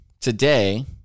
today